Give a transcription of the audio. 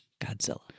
Godzilla